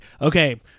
okay